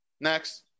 next